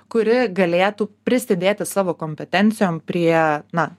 kuri galėtų prisidėti savo kompetencijom prie na